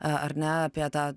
ar ne apie tą